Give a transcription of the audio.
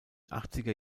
achtziger